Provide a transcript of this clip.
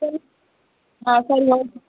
சரி ஆ சரி ஓகே